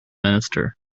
minister